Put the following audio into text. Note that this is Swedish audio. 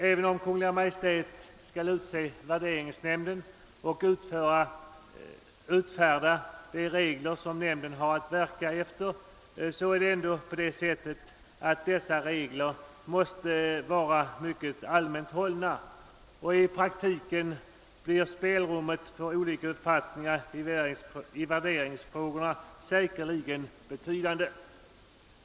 Även om Kungl. Maj:t skall utse värderingsnämnden och utfärda de regler enligt vilka nämnden har att verka måste dessa emellertid vara myceket allmänt hållna, och i praktiken blir spelrummet för olika uppfattningar i värderingsfrågorna säkerligen betydande.